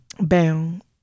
Bound